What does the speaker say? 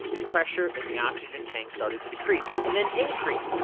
pressure in the oxygen tanks started to decrease and then increase.